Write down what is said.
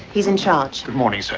he's in charge. good morning, sir.